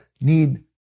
need